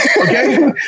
okay